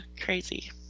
Crazy